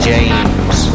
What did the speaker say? James